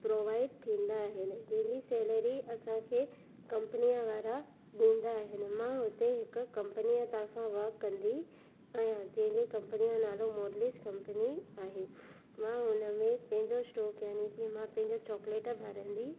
provide थींदा आहिनि जंहिंजी सेलेरी असांखे कंपनीअ वारा ॾींदा आहिनि मां उते हिकु कंपनीअ तर्फ़ां वक कंदी आहियां जंहिंजे कंपनीअ जो नालो मॉडलेज कंपनी आहे मां हुन में पंहिंजो स्टोक याने की मां पंहिंजो चॉकलेट भरंदी